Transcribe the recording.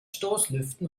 stoßlüften